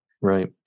Right